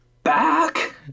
Back